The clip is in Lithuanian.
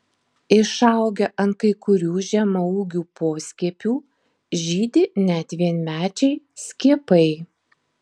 išaugę ant kai kurių žemaūgių poskiepių žydi net vienmečiai skiepai